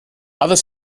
other